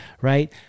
right